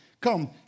come